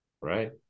Right